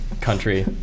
country